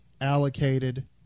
allocated